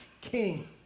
king